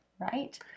right